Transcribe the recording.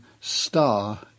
star